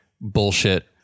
bullshit